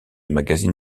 magazine